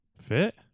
Fit